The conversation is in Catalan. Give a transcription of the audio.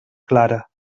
clara